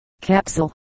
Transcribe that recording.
capsule